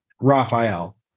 Raphael